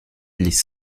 les